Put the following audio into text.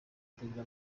perezida